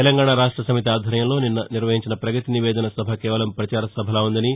తెలంగాణ రాష్టసమితి ఆధ్వర్యంలో నిన్న నిర్వహించిన పగతి నివేదన సభ కేవలం ప్రచార సభలా ఉ ందని